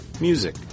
music